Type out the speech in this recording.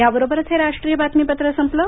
या बरोबरच हे राष्ट्रीय बातमीपत्र संपलं